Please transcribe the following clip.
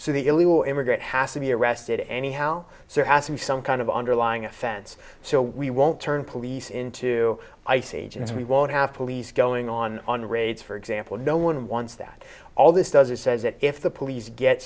so the illegal immigrant has to be arrested anyhow so you're asking some kind of underlying offense so we won't turn police into ice agents we won't have police going on on raids for example no one wants that all this does it says that if the police get